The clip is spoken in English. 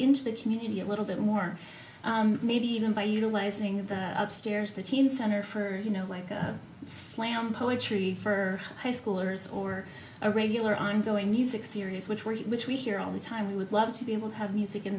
into the community a little bit more maybe even by utilizing that upstairs the teen center for you know a slam poetry for high schoolers or a regular ongoing music series which we're which we hear all the time we would love to be able to have music in